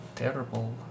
terrible